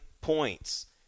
points